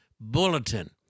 bulletin